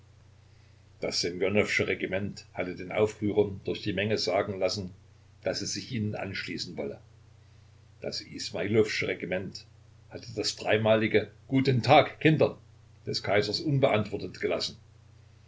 das ssemjonowsche regiment hatte den aufrührern durch die menge sagen lassen daß es sich ihnen anschließen wolle das ismailowsche regiment hatte das dreimalige guten tag kinder des kaiser unbeantwortet gelassen